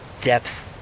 depth